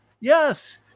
yes